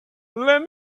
let